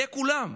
לכולם.